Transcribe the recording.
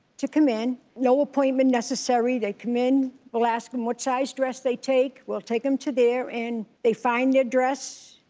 to come in. no appointment necessary, they come in, we'll ask em what size dress they take, we'll take em to there and they find their dress.